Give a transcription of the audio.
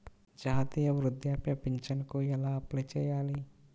జాతీయ వృద్ధాప్య పింఛనుకి ఎలా అప్లై చేయాలి?